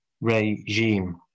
regime